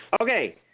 Okay